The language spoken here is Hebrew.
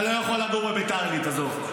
אתה לא יכול לגור בביתר עילית, עזוב.